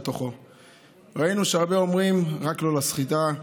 ראינו שהרבה אומרים: רק לא לסחיטה,